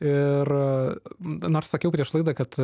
ir nors sakiau prieš laidą kad